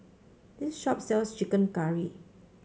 this shop sells chicken curry